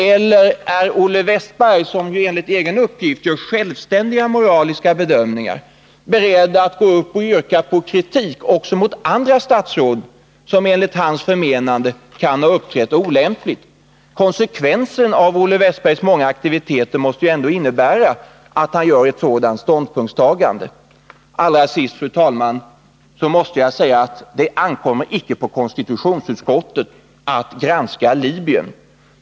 Eller är Olle Wästberg, som enligt egen uppgift självständigt gör moraliska bedömningar, beredd att yrka på att kritik skall riktas också mot andra statsråd, som enligt hans förmenande kan ha uppträtt olämpligt? Konsekvensen av hans många aktiviteter måste ändå bli att han gör ett sådant ståndpunktstagande. Allra sist, fru talman, måste jag säga att det icke ankommer på konstitutionsutskottet att granska Libyens handlande.